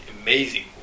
amazing